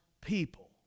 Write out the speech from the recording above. people